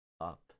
up